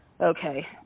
okay